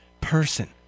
person